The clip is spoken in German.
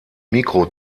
mikro